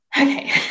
Okay